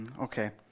okay